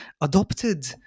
adopted